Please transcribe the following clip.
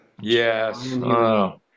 yes